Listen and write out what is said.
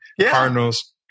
Cardinals